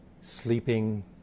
sleeping